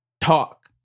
talk